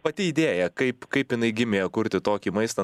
pati idėja kaip kaip jinai gimė kurti tokį maistą